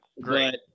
great